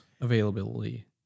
Availability